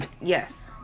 Yes